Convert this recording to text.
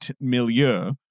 milieu